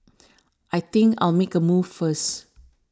I think I'll make a move first